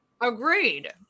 Agreed